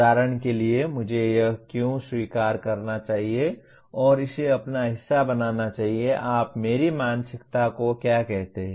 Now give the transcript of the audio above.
उदाहरण के लिए मुझे यह क्यों स्वीकार करना चाहिए और इसे अपना हिस्सा बनाना चाहिए आप मेरी मानसिकता को क्या कहते हैं